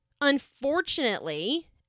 Unfortunately